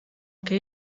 que